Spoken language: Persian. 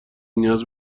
نیاز